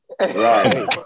Right